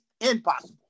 impossible